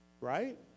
Right